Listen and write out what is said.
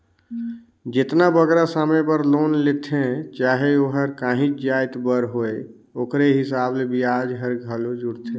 जेतना बगरा समे बर लोन लेथें चाहे ओहर काहींच जाएत बर होए ओकरे हिसाब ले बियाज हर घलो जुड़थे